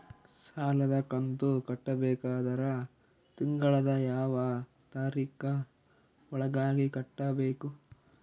ಸಾಲದ ಕಂತು ಕಟ್ಟಬೇಕಾದರ ತಿಂಗಳದ ಯಾವ ತಾರೀಖ ಒಳಗಾಗಿ ಕಟ್ಟಬೇಕು?